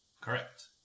Correct